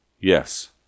Yes